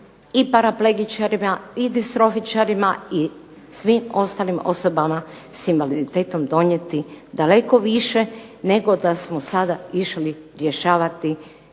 i paraplegičarima i distrofičarima i svim ostalim osobama s invaliditetom donijeti daleko više nego da smo sada išli rješavati